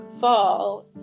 fall